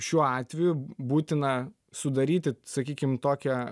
šiuo atveju būtina sudaryti sakykim tokią